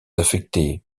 affecté